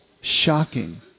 shocking